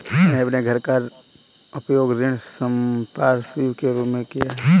मैंने अपने घर का उपयोग ऋण संपार्श्विक के रूप में किया है